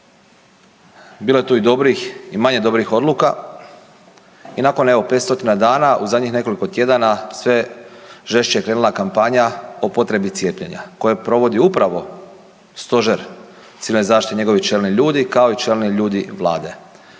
Bilo je tu i dobrih i manje dobrih odluka i nakon evo 500 dana, u zadnjih nekoliko tjedana, sve žešće je krenula kampanja o potrebi cijepljenja koje provodi upravo Stožer civilne zaštite i njegovi čelni ljudi kao i čelni ljudi Vlade.